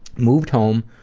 moved home,